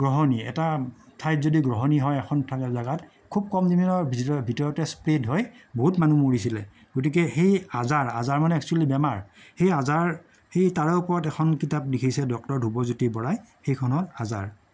গ্ৰহণী এটা ঠাইত যদি গ্ৰহণী হয় এখন জাগাত খুব কম দিনৰ ভিতৰতে স্প্ৰেড হৈ বহুত মানুহ মৰিছিলে গতিকে সেই আজাৰ আজাৰ মানে একচ্যুৱেলি বেমাৰ সেই আজাৰ সেই তাৰে ওপৰত এখন কিতাপ লিখিছে ডক্টৰ ধ্ৰুৱজ্যোতি বৰাই সেইখন হ'ল আজাৰ